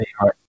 right